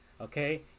Okay